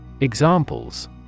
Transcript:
Examples